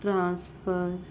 transfer